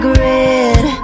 red